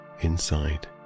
inside